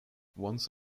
once